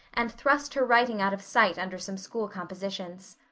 and thrust her writing out of sight under some school compositions.